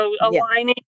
aligning